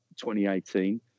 2018